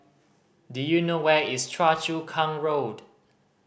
do you know where is Choa Chu Kang Road